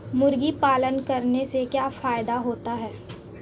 मुर्गी पालन करने से क्या फायदा होता है?